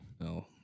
No